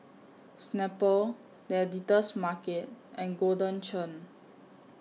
Snapple The Editor's Market and Golden Churn